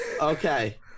Okay